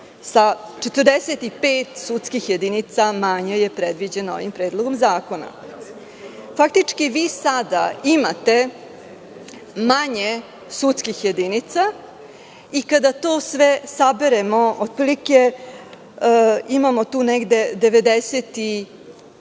sa 45 sudskih jedinica manje je predviđeno ovim predlogom zakona. Faktički vi sada imate manje sudskih jedinica i kada sve to saberemo, otprilike imamo tu negde 92